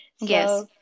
Yes